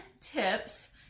tips